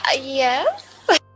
Yes